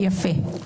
יפה.